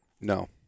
No